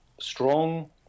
strong